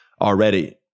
already